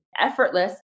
effortless